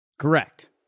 Correct